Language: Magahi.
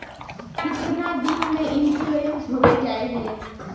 कीतना दिन में इंश्योरेंस होबे जाए है?